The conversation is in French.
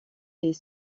est